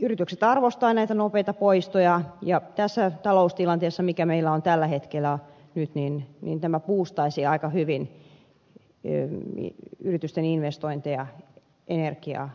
yritykset arvostavat näitä nopeita poistoja ja tässä taloustilanteessa mikä meillä on tällä hetkellä tämä boostaisi aika hyvin yritysten investointeja energiatehokkuuteen